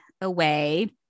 away